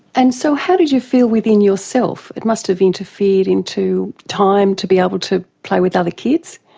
and so how did you feel within yourself, it must have interfered into time to be able to play with other kids?